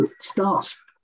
starts